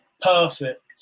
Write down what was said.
perfect